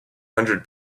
hundred